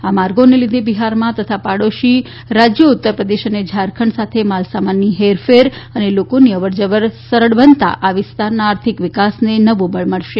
આ માર્ગોના લીધે બિહારમાં તથા પાડોશી રાજયો ઉત્તરપ્રદેશ તથા ઝારખંડ સાથે માલ સામાનની હેરફેર અને લોકોની અવર જવર સરળ બનતા આ વિસ્તારના આર્થિક વિકાસનું નવુ બળ મળશે